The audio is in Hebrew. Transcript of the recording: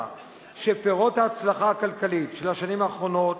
שפירות ההצלחה הכלכלית של השנים האחרונות,